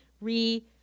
re